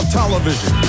television